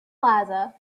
plaza